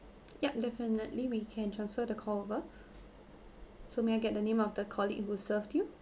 yup definitely we can transfer the call over so may I get the name of the colleague who served you